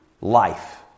life